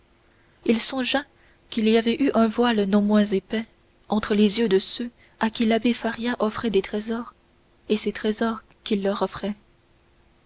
il songea qu'il y avait eu un voile non moins épais entre les yeux de ceux à qui l'abbé faria offrait des trésors et ces trésors qu'il leur offrait